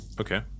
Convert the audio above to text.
Okay